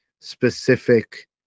specific